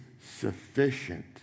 sufficient